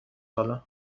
حالا